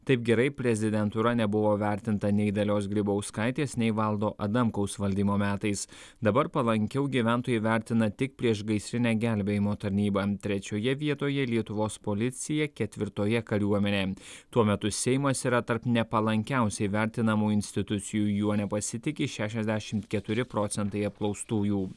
taip gerai prezidentūra nebuvo vertinta nei dalios grybauskaitės nei valdo adamkaus valdymo metais dabar palankiau gyventojai vertina tik priešgaisrinę gelbėjimo tarnybą trečioje vietoje lietuvos policija ketvirtoje kariuomenė tuo metu seimas yra tarp nepalankiausiai vertinamų institucijų juo nepasitiki šešiasdešimt keturi procentai apklaustųjų